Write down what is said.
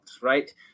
right